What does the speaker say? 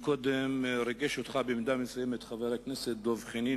קודם ריגש אותך במידה מסוימת חבר הכנסת דב חנין